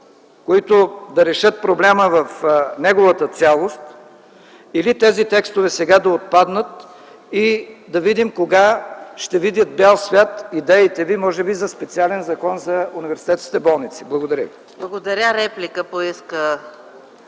които да решат проблема в неговата цялост, или тези текстове сега да отпаднат и да видим кога ще видят бял свят идеите ви може би за специален закон за университетските болници. Благодаря ви.